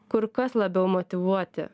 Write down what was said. kur kas labiau motyvuoti